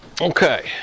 Okay